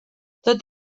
tot